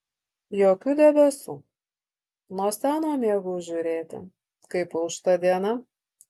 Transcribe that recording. jokių debesų nuo seno mėgau žiūrėti kaip aušta diena